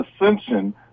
ascension